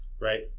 right